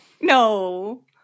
No